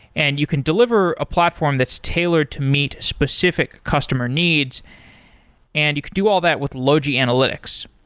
and you can deliver a platform that's tailored to meet specific customer needs and you could do all that with logi analytics.